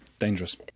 dangerous